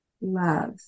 love